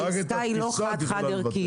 הכוונה כאן היא לא חד חד-ערכית.